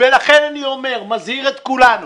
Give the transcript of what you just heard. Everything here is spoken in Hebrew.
ולכן אני אומר, מזהיר את כולנו,